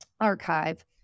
Archive